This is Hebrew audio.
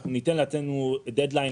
אנחנו ניתן לעצמנו דד-ליין,